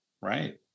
right